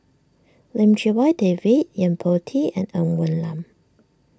Lim Chee Wai David Yo Po Tee and Ng Woon Lam